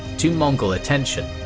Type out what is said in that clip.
to mongol attention,